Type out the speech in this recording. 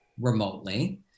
remotely